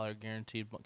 guaranteed